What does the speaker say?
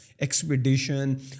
expedition